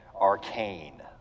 arcane